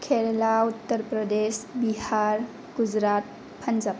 Kerala Uttar Pradesh Bihar Gujarat Punjab